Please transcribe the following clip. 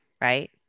right